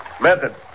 Method